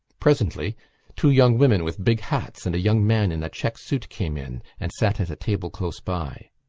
presently two young women with big hats and a young man in a check suit came in and sat at a table close by.